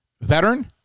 veteran